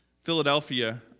Philadelphia